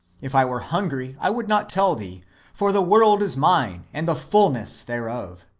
if i were hungry, i would not tell thee for the world is mine, and the fulness thereof.